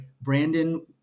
Brandon